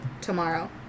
tomorrow